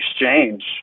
exchange